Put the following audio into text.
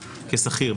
כשכיר,